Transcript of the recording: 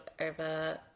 over